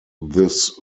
this